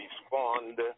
respond